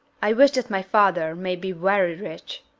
i wish that my father may be very rich.